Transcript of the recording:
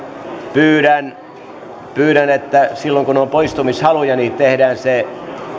pyydän pyydän että silloin kun on poistumishaluja niin tehdään se